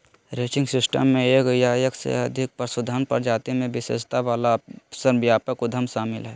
ranching system मे एक या एक से अधिक पशुधन प्रजाति मे विशेषज्ञता वला श्रमव्यापक उद्यम शामिल हय